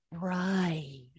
Right